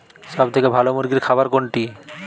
সবথেকে ভালো মুরগির খাবার কোনটি?